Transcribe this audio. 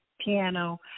piano